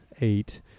eight